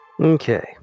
Okay